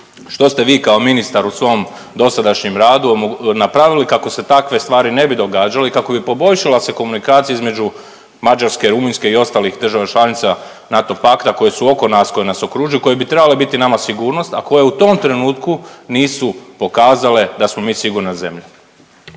Što ste vi kao ministar u svom dosadašnjem radu napravili kako se takve stvari ne bi događale i kako bi poboljšala se komunikacija između Mađarske, Rumunjske i ostalih država članica NATO pakta koje su oko nas, koje nas okružuju, koje bi trebale biti nama sigurnost, a koje u tom trenutku nisu pokazale da smo mi sigurna zemlja.